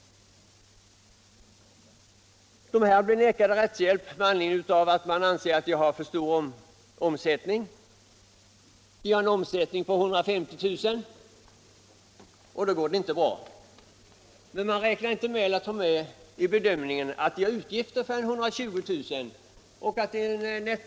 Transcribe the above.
De vägras rättshjälp därför att de anses ha för stor omsättning. De har en omsättning på 150 000 kr., men man räknar inte med att de har utgifter för 120 000 kr.